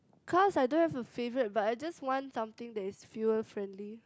cars I don't have a favourite but I just want something that is fuel friendly